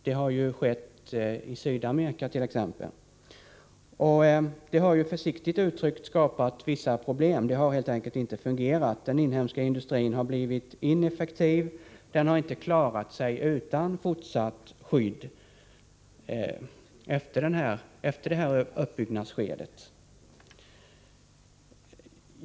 Det har skett bl.a. i Sydamerika. Detta har, försiktigt uttryckt, skapat vissa problem. Det har helt enkelt inte fungerat — den inhemska industrin har blivit ineffektiv. Den har inte klarat sig utan fortsatt skydd efter uppbyggnadsskedet.